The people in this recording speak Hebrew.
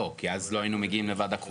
כי אז לא היינו מגיעים לוועדה קרואה.